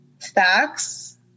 facts